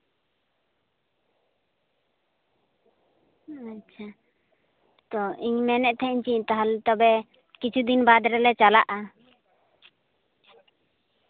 ᱟᱪᱪᱷᱟ ᱛᱚ ᱤᱧ ᱢᱮᱱᱮᱫ ᱛᱟᱦᱮᱸᱫ ᱤᱧ ᱡᱮ ᱛᱟᱦᱞᱮ ᱛᱚᱵᱮ ᱠᱤᱪᱷᱩ ᱫᱤᱱ ᱵᱟᱫᱽ ᱨᱮᱞᱮ ᱪᱟᱞᱟᱜᱼᱟ